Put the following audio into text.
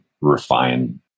refine